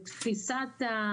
תפיסת,